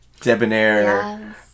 debonair